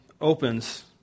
opens